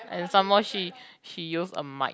and some more she she use a mic